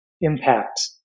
impact